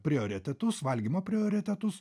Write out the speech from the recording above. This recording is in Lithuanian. prioritetus valgymo prioritetus